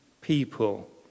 people